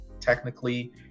technically